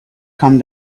come